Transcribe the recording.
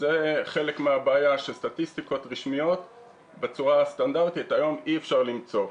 זה חלק מהבעיה שסטטיסטיקות רשמיות בצורה הסטנדרטית היום אי אפשר למצוא.